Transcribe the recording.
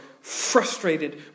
frustrated